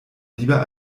lieber